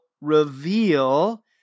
reveal